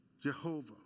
Jehovah